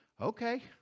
Okay